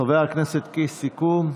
חבר הכנסת קיש, סיכום.